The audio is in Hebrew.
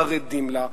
חרדים לה,